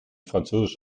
französisch